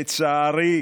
לצערי,